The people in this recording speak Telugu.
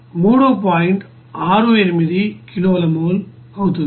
68 కిలోల మోల్ అవుతుంది